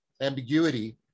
ambiguity